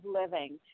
living